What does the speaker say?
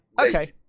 okay